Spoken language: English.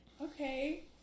Okay